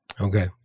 Okay